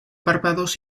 párpados